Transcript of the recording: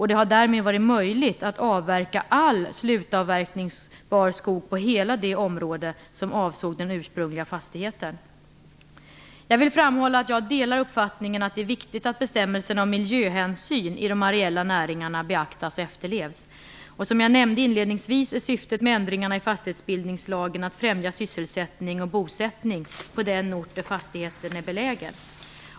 Det har därmed varit möjligt att avverka all slutavverkningsbar skog på hela det område som avsåg den ursprungliga fastigheten. Jag vill framhålla att jag delar uppfattningen att det är viktigt att bestämmelserna om miljöhänsyn i de areella näringarna beaktas och efterlevs. Som jag nämnde inledningsvis är syftet med ändringarna i fastighetsbildningslagen att främja sysselsättning och bosättning på den ort där fastigheten är belägen.